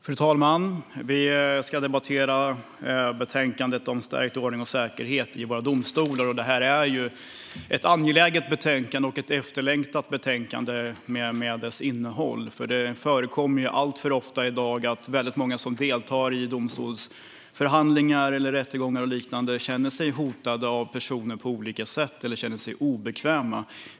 Fru talman! Vi ska debattera betänkandet om stärkt ordning och säkerhet i våra domstolar. Det är ett angeläget och efterlängtat betänkande med tanke på dess innehåll. Det förekommer alltför ofta i dag att många som deltar i domstolsförhandlingar, rättegångar och liknande på olika sätt känner sig hotade av personer eller känner sig obekväma.